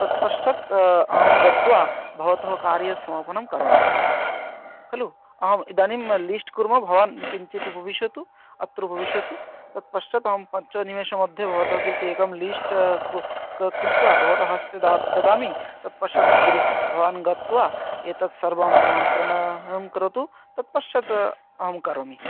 तत् पश्चात् अहं गत्वा भवत कार्यं समापनं करोमि खलु आम् इदानीम् लिस्ट् कुर्म भवान् किञ्चित् उपविशतु अत्र उपविशतु तत् पश्चात् अहं पञ्चनिमेषमध्ये भवत कृते एकं लिस्ट् कृत्वा भवत हस्ते ददामि तत् पश्चात् गिरि भवान् गत्वा एतत् सर्वं क्रयणं करोतु तत् पश्चात् अहं करोमि